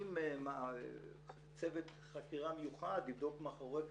להקים צוות חקירה מיוחד לבדוק מאחורי הקלעים,